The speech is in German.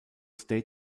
state